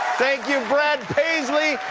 thank you, brad paisley!